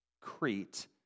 Crete